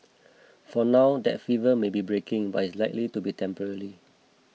for now that fever may be breaking but it is likely to be temporary